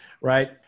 right